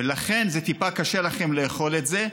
ולכן טיפה קשה לכם לאכול את זה,